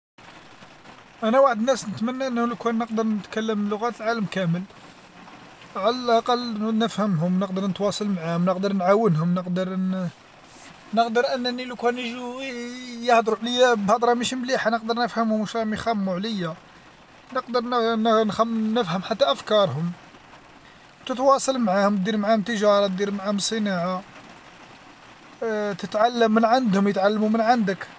انا واحد الناس نتمنى انه لو كان نقدر نتكلم اللغات العالم كامل، على الأقل نفهمهم نقدر نتواصل معهم نقدر نعاونهم نقدر ن- نقدر انني لو كان يجيو يهضرو علي بالهضرة مش مليحة نقدر نفهمهم واش راهم خممو علي، نقدر نن- نخ- نفهم حتى افكارهم، تتواصل معاهم دير معاهم تجارة دير معاهم صناعة تتعلم من عندهم يتعلموا من عندك.